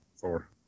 Four